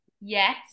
Yes